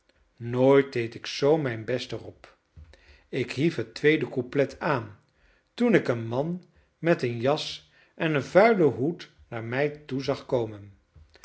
nooit deed ik z mijn best erop ik hief het tweede couplet aan toen ik een man met een jas en een vuilen hoed naar mij toe zag komen